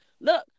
look